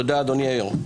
תודה, אדוני היושב-ראש.